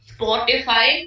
Spotify